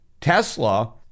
Tesla